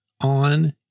on